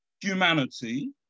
humanity